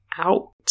out